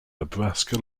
nebraska